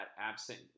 absent